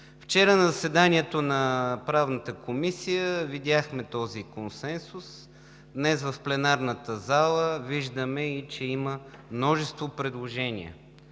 Вчера на заседанието на Правната комисия видяхме този консенсус. Днес в пленарната зала виждаме, че има и множество предложения.